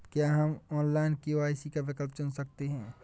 क्या हम online KYC का विकल्प चुन सकते हैं?